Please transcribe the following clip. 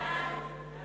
סעיף 1,